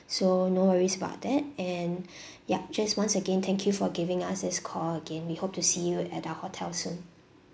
so no worries about that and yup just once again thank you for giving us this call again we hope to see you at our hotel soon